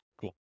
Cool